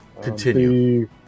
Continue